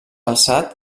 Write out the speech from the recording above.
alçat